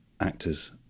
actors